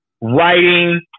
writing